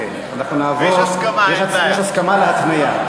אוקיי, יש הסכמה להטמיע.